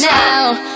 now